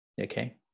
Okay